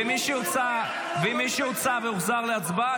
ומי שהוצא והוחזר להצבעה,